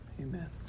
Amen